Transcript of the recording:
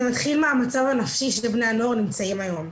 מתחיל מהמצב הנפשי שבני הנוער נמצאים היום.